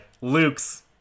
Luke's